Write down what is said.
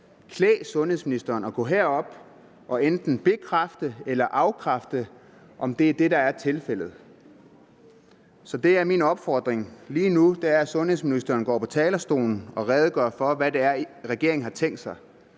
klæde sundhedsministeren at gå herop og enten bekræfte eller afkræfte, at det er tilfældet. Så det er min opfordring. Lige nu er min opfordring, at sundhedsministeren går på talerstolen og redegør for, hvad regeringen har tænkt sig